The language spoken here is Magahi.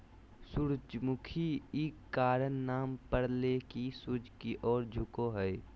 सूरजमुखी इ कारण नाम परले की सूर्य की ओर झुको हइ